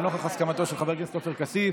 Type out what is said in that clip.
לנוכח הסכמתו של חבר הכנסת עופר כסיף,